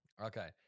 okay